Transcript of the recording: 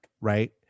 right